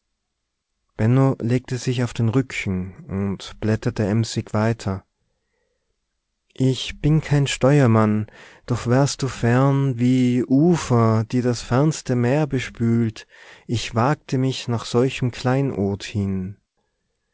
legte sich auf den rücken und blätterte emsig weiter ich bin kein steuermann doch wärst du fern wie ufer die das fernste meer bespült ich wagte mich nach solchem kleinod hin